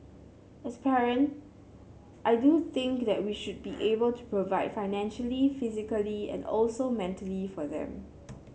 as parent I do think that we should be able to provide financially physically and also mentally for them